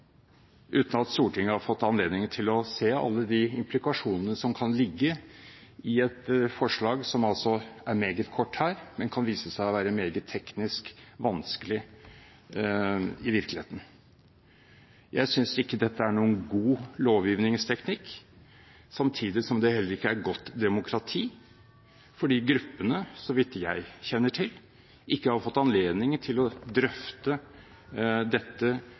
uten at Stortinget har fått anledning til å se alle de implikasjonene som kan ligge i et forslag, som altså er meget kort her, men som kan vise seg å være meget teknisk vanskelig i virkeligheten. Jeg synes ikke dette er noen god lovgivningsteknikk, samtidig som det heller ikke er godt demokrati, fordi gruppene, så vidt jeg kjenner til, ikke har fått anledning til å drøfte